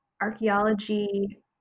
archaeology